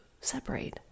separate